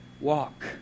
walk